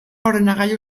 ordenagailu